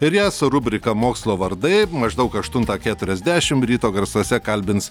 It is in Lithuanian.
ir ją su rubrika mokslo vardai maždaug aštuntą keturiasdešimt ryto garsuose kalbins